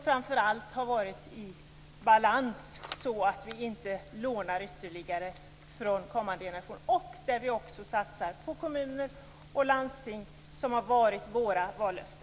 Framför allt var den i balans, så vi behöver inte låna ytterligare från kommande generationer. Vi satsar också på kommuner och landsting, vilket var vårt vallöfte.